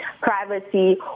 privacy